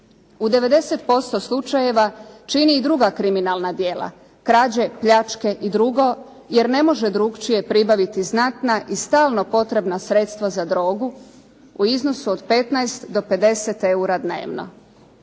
U 90% slučajeva čini i druga kriminalna djela, krađe, pljačke i drugo jer ne može drukčije pribaviti znatna i stalno potrebna sredstva za drogu u iznosu od 15 do 50 eura dnevno.